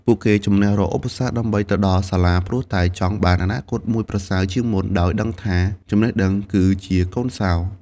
ពួកគេជម្នះរាល់ឧបសគ្គដើម្បីទៅដល់សាលា ព្រោះតែចង់បានអនាគតមួយប្រសើរជាងមុន ដោយដឹងថាចំណេះដឹងគឺជាកូនសោរ។